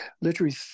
Literary